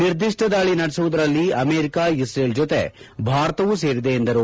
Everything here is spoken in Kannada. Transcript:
ನಿರ್ದಿಷ್ಟ ದಾಳಿ ನಡೆಸುವುದರಲ್ಲಿ ಅಮೆರಿಕ ಇದ್ರೇಲ್ ಜೊತೆ ಭಾರತವು ಸೇರಿದೆ ಎಂದರು